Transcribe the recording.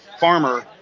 Farmer